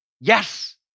Yes